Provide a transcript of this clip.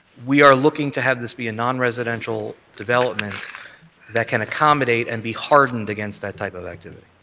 we are looking to have this be a non residential development that can accommodate and be hardened against that type of activity.